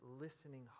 listening